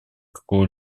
какого